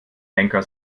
henker